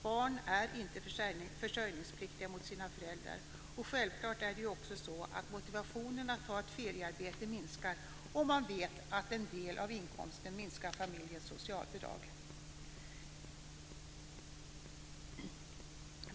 Barn är inte försörjningspliktiga mot sina föräldrar, och självklart minskar motivationen att ta ett feriearbete om man vet att en del av inkomsten minskar familjens socialbidrag.